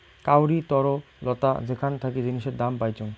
কাউরি তরলতা যেখান থাকি জিনিসের দাম পাইচুঙ